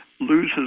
loses